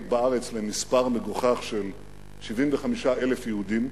בארץ למספר מגוחך של 75,000 יהודים,